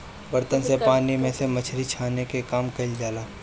बर्तन से पानी में से मछरी छाने के काम कईल जाला